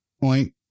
Point